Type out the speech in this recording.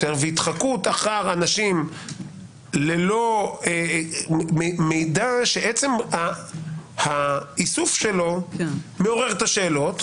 - אחר אנשים ללא מידע שעצם האיסוף שלו מעורר את השאלות.